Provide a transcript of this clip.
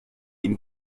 ihn